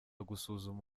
gusuzuma